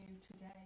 today